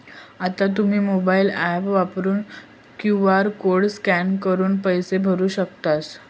आता तुम्ही mobile app वरचो क्यू.आर कोड स्कॅन करून पैसे भरू शकतास